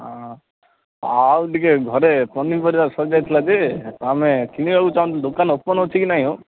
ହଁ ଆଉ ଟିକେ ଘରେ ପନିପରିବା ସରିଯାଇଥିଲା ଯେ ଆମେ କିଣିବାକୁ ଚାହୁଁଛୁ ଦୋକାନ ଓପନ ଅଛି ନାଇଁ ମ